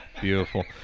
Beautiful